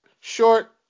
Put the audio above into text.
Short